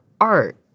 art